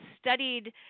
studied